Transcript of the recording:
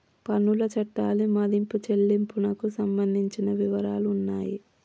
పన్నుల చట్టాలు మదింపు చెల్లింపునకు సంబంధించిన వివరాలు ఉన్నాయి